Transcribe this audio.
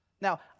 now